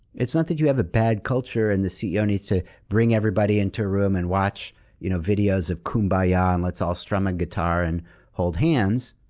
it's not that you have a bad culture, and the ceo needs to bring everybody into a room and watch you know videos of kumbaya, ah and let's all strum a guitar and hold hands.